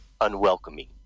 unwelcoming